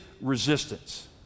resistance